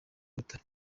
butare